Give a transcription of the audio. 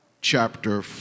chapter